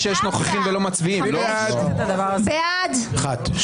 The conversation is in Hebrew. שאילו הייתי מתכוונת ברצינות לדברים שאמרתי כאן לפני יומיים,